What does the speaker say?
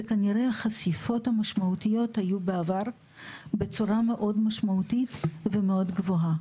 שכנראה החשיפות המשמעותיות היו בעבר בצורה מאוד משמעותית ומאוד גבוהה.